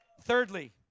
Thirdly